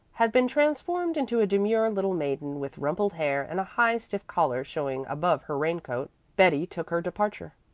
had been transformed into a demure little maiden with rumpled hair and a high, stiff collar showing above her rain-coat, betty took her departure.